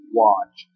watch